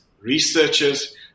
researchers